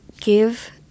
give